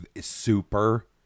super